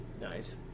Nice